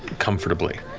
comfortably.